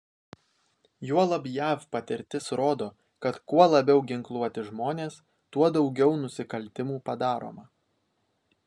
juolab jav patirtis rodo kad kuo labiau ginkluoti žmonės tuo daugiau nusikaltimų padaroma